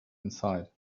inside